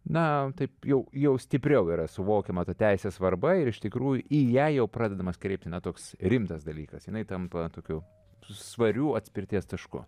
ne taip jau jau stipriau yra suvokiama ta teisės svarba ir iš tikrųjų į ją jau pradedamas kreipti na toks rimtas dalykas jinai tampa tokiu svariu atspirties tašku